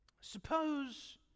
Suppose